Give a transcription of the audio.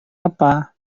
apa